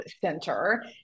center